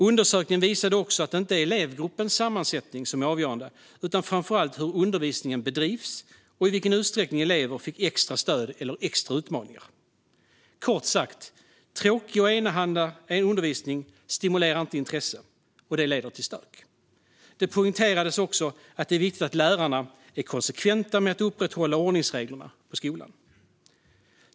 Undersökningen visade också att det inte är elevgruppens sammansättning som är avgörande utan framför allt hur undervisningen bedrivs och i vilken utsträckning elever får extra stöd eller extra utmaningar. Kort sagt: Tråkig och enahanda undervisning stimulerar inte intresse. Och det leder till stök. Det poängterades också att det är viktigt att lärarna är konsekventa med att upprätthålla ordningsreglerna på skolan.